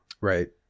Right